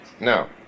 No